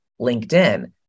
LinkedIn